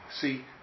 See